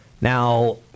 Now